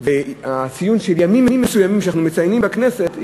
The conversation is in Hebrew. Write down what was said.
והציון של ימים מסוימים שאנחנו מציינים בכנסת.